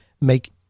make